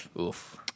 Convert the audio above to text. Oof